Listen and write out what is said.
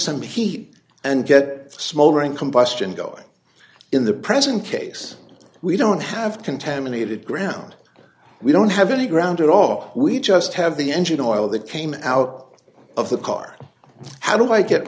some heat and get smoldering combustion going in the present case we don't have contaminated ground we don't have any ground at all we just have the engine oil that came out of the car how do i get